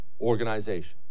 Organization